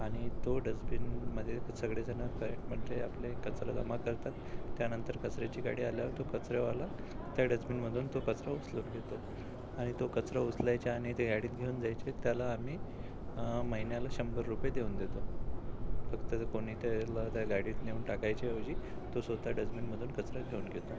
आणि तो डस्बीनमध्ये तर सगळेजणं फयॅटमध्ये आपले कचरा जमा करतात त्यानंतर कचऱ्याची गाडी आल्यावर तो कचरेवाला त्या डस्बीनमधून तो कचरा उचलून घेतो आणि तो कचरा उचलायचे आणि ते गाडीत घेऊन जायचे त्याला आम्ही महिन्याला शंभर रुपये देऊन देतो फक्त जर कोणी त्याला त्या गाडीत नेऊन टाकायच्याऐवजी तो स्वतः डस्टबीनमधून कचरा घेऊन घेतो